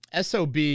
SOB